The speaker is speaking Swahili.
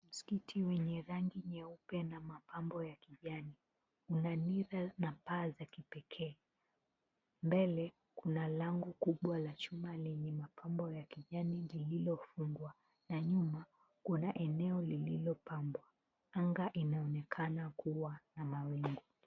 Msikiti wenye rangi nyeupe na mapambo ya kijani. Una niza na paa za kipekee. Mbele kuna lango kubwa la chuma lenye mapambo ya kijani lililofungwa na nyuma kuna eneo lililopambwa. Anga inaonekana kuwa na mawingu.